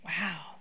Wow